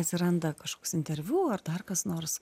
atsiranda kažkoks interviu ar dar kas nors